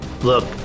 Look